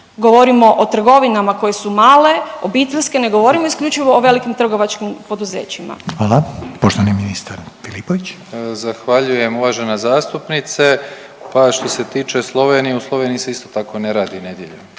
Govorimo o trgovinama koje su male, ne govorimo isključivo o velikim trgovačkim poduzećima. **Reiner, Željko (HDZ)** Hvala. Poštovani ministar Filipović. **Filipović, Davor (HDZ)** Zahvaljujem uvažena zastupnice, pa što se tiče Slovenije u Sloveniji se isto tako ne radi nedjeljom.